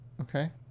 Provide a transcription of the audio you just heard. Okay